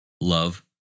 love